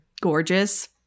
Gorgeous